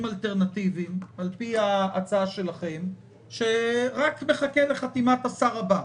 אלטרנטיביים על פי הצעתכם שרק מחכה לחתימת השר הבא,